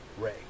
Ray